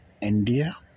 India